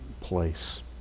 place